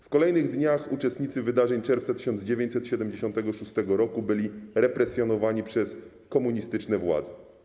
W kolejnych dniach uczestnicy wydarzeń z czerwca 1976 roku byli represjonowani przez komunistyczne władze.